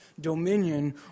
dominion